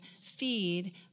feed